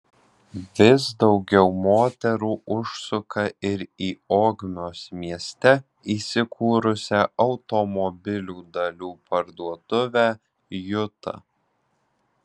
vis daugiau moterų užsuka ir į ogmios mieste įsikūrusią automobilių dalių parduotuvę juta